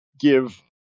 give